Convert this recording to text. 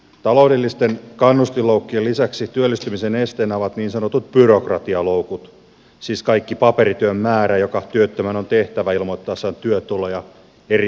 taloudellisten kannustinloukkujen lisäksi työllistymisen esteenä ovat niin sanotut byrokratialoukut siis kaikki paperityön määrä joka työttömän on tehtävä ilmoittaessaan työtuloja eri sosiaalietuuksia varten